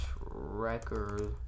record